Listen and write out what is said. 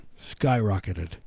Skyrocketed